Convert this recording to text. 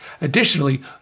Additionally